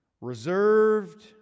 reserved